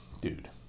dude